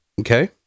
Okay